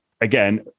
again